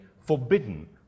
forbidden